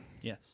Yes